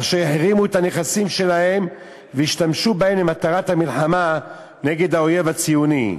אשר החרימו את הנכסים שלהם והשתמשו בהם למטרת המלחמה נגד האויב הציוני,